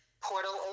portal